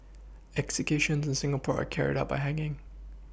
executions in Singapore are carried out by hanging